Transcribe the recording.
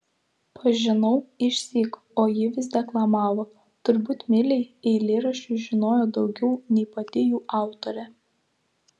pažinau išsyk o ji vis deklamavo turbūt milei eilėraščių žinojo daugiau nei pati jų autorė